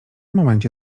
momencie